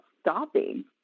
stopping